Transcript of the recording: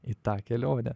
į tą kelionę